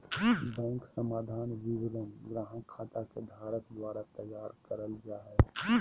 bank समाधान विवरण ग्राहक खाता के धारक द्वारा तैयार कइल जा हइ